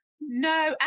No